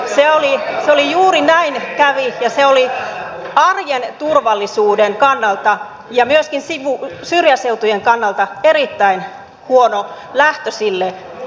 juuri näin kävi ja se oli arjen turvallisuuden kannalta ja myöskin syrjäseutujen kannalta erittäin huono lähtö sille uudistukselle